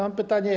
Mam pytanie.